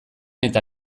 eta